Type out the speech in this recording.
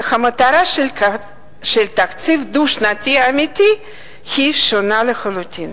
והמטרה של תקציב דו-שנתי אמיתי היא שונה לחלוטין.